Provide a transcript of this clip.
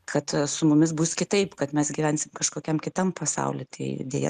kad su mumis bus kitaip kad mes gyvensim kažkokiam kitam pasauly tai deja